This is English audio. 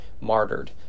martyred